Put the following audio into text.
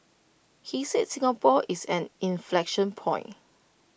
he said Singapore is an inflection point